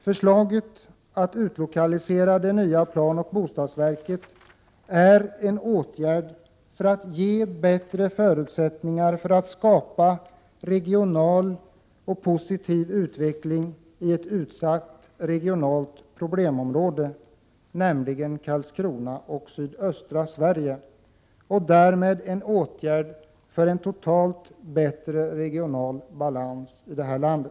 Förslaget att utlokalisera det nya planoch bostadsverket innebär en åtgärd för att ge bättre förutsättningar för skapande av regional utveckling i ett utsatt regionalt problemområde, nämligen Karlskrona och sydöstra Sverige, och därmed en åtgärd för totalt bättre regional balans i vårt land.